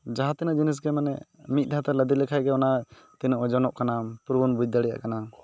ᱡᱟᱦᱟᱛᱤᱱᱟᱹᱜ ᱡᱤᱱᱤᱥᱜᱮ ᱢᱟᱱᱮ ᱢᱤᱫ ᱫᱷᱟᱣᱛᱮ ᱞᱟᱫᱮ ᱞᱟᱠᱷᱮᱱ ᱜᱮ ᱚᱱᱟ ᱛᱤᱱᱟᱹᱜ ᱳᱡᱚᱱᱚᱜ ᱠᱟᱱᱟ ᱯᱩᱨᱟᱹᱵᱚᱱ ᱵᱩᱡᱽ ᱫᱟᱲᱮᱭᱟᱜ ᱠᱟᱱᱟ